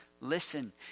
listen